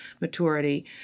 Maturity